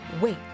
wait